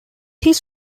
his